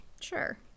Sure